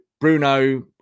Bruno